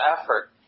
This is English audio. effort